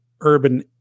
urban